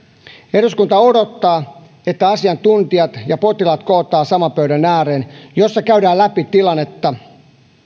eduskunta odottaa että asiantuntijat ja potilaat kootaan saman pöydän ääreen ja käydään läpi tilannetta